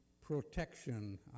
protection